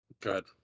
Good